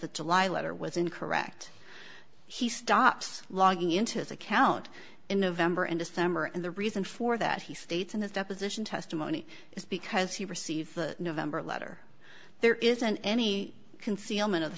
july letter was incorrect he stops logging into his account in november and december and the reason for that he states in his deposition testimony is because he received the november letter there isn't any concealment of the